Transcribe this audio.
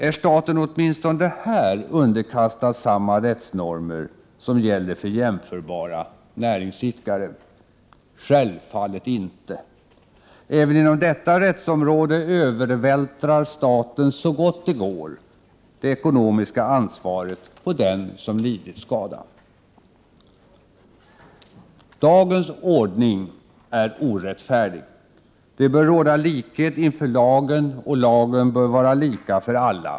Är staten åtminstone här underkastad samma rättsnormer som gäller för jämförbara näringsidkare? Självfallet inte. Även inom detta rättsområde övervältrar staten så gått det går det ekonomiska ansvaret på den som lidit skada. Dagens ordning är orättfärdig. Det bör råda likhet inför lagen och lagen bör vara lika för alla.